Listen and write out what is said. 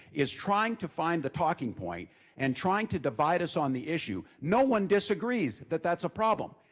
is trying to find the talking point and trying to divide us on the issue. no one disagrees that that's a problem.